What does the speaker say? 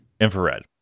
infrared